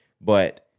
But-